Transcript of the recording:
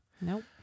Nope